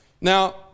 Now